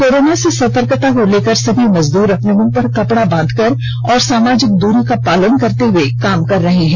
corona से सतर्कता को लेकर सभी मजदूर अपने मुंह पर कपड़ा बांधकर और सामाजिक दूरी का पालन करते हुए काम कर रहे हैं